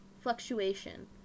fluctuation